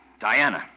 Diana